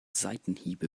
seitenhiebe